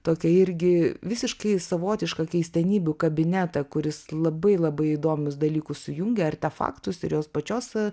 tokią irgi visiškai savotišką keistenybių kabinetą kuris labai labai įdomius dalykus sujungia artefaktus ir jos pačios